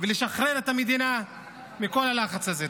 ולשחרר את המדינה מכל הלחץ הזה.